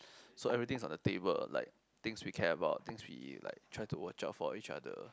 so everything is on the table like things we care about things we like try to watch out for each other